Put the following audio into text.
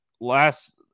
last